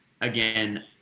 Again